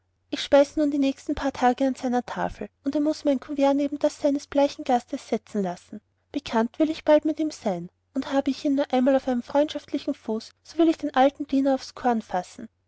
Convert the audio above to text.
ich speise nun die nächsten paar tage an seiner tafel und er muß mein kuvert neben das seines bleichen gastes setzen lassen bekannt will ich bald mit ihm sein und habe ich ihn nur einmal auf einem freundschaftlichen fuß so will ich den alten diener aufs korn fassen